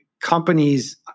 companies